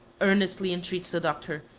earnestly entreats the doctor,